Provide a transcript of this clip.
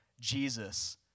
Jesus